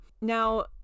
Now